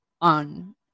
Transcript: on